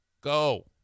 go